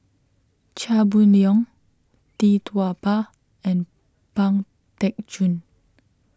Chia Boon Leong Tee Tua Ba and Pang Teck Joon